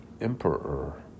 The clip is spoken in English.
emperor